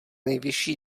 nejvyšší